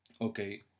okay